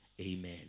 Amen